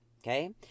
Okay